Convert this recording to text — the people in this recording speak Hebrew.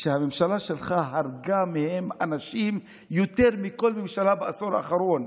שהממשלה שלך הרגה יותר אנשים ממנו מכל ממשלה בעשור האחרון,